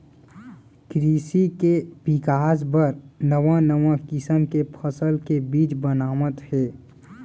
कृसि के बिकास बर नवा नवा किसम के फसल के बीज बनावत हें